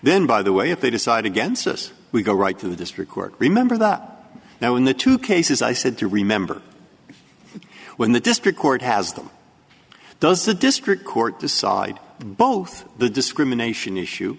then by the way if they decide against us we go right through this record remember that up now in the two cases i said to remember when the district court has them does the district court decide both the discrimination issue